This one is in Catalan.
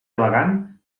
elegant